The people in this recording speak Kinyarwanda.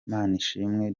manishimwe